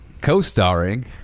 Co-starring